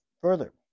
further